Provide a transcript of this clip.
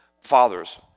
fathers